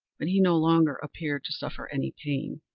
but he no longer appeared to suffer any pain.